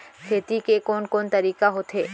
खेती के कोन कोन तरीका होथे?